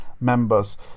members